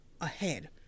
ahead